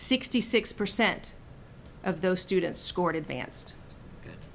sixty six percent of those students scored advanced